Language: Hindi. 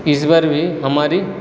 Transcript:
ईश्वर भी हमारी